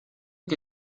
que